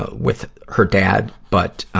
with her dad. but,